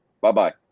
Bye-bye